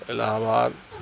الہ آباد